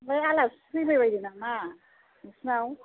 आमफ्राय आलासि फैबाय बायदों नामा नोंसिनाव